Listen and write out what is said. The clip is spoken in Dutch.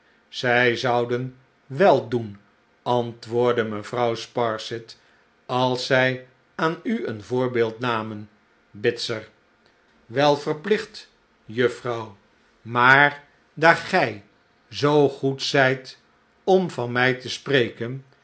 zij zouden wel doen antwoordde mevrouw sparsit als zij aan u een voorbeeld namen bitzer wel verplicht juffrouw maar daar gij zoo goed zijt om van mij te spreken